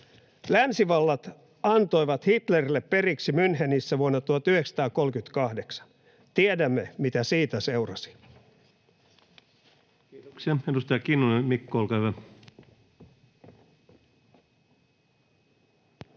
Länsivallat antoivat Hitlerille periksi Münchenissä vuonna 1938. Tiedämme, mitä siitä seurasi. Kiitoksia. — Edustaja Kinnunen, Mikko, olkaa hyvä.